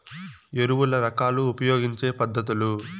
ఎరువుల రకాలు ఉపయోగించే పద్ధతులు?